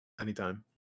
Anytime